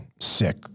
sick